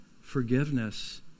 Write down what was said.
forgiveness